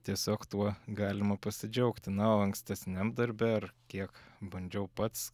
tiesiog tuo galima pasidžiaugti na o ankstesniam darbe ar kiek bandžiau pats